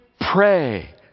Pray